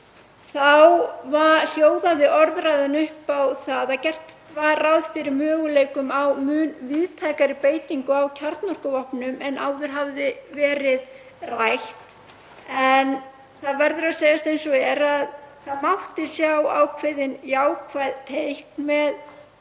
hljóðaði orðræðan upp á það að gert var ráð fyrir möguleikum á mun víðtækari beitingu á kjarnorkuvopnum en áður hafði verið rætt. En það verður að segjast eins og er að sjá mátti ákveðin jákvæð teikn með